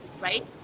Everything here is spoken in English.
right